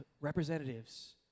representatives